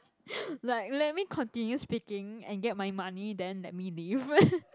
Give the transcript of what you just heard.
like let me continue speaking and get my money then let me leave